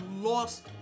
lost